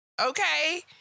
Okay